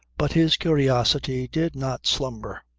but his curiosity did not slumber.